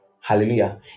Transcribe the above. Hallelujah